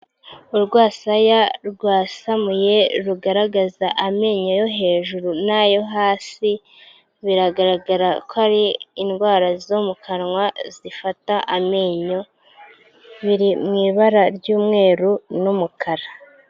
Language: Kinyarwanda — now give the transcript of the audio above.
Urwasaya rwasamuye rugaragaza amenyo yo hejuru n'ayo hasi, biragaragara ko ari indwara zo mu kanwa zifata amenyo, biri mu ibara ry'umweru n'umukara.